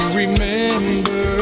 remember